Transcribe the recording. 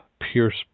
Pierce